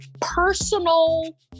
personal